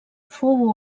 fou